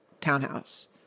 townhouse